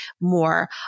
more